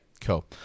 Cool